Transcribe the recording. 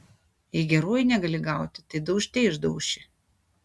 jei geruoju negali gauti tai daužte išdauši